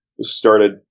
started